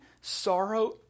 sorrow